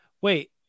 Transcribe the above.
Wait